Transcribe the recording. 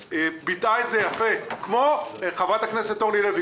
ביטאה את זה יפה חברת הכנסת אורלי לוי,